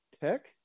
tech